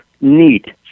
need